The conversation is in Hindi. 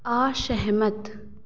असहमत